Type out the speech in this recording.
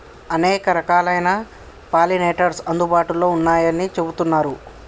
అనేక రకాలైన పాలినేటర్స్ అందుబాటులో ఉన్నయ్యని చెబుతున్నరు